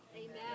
Amen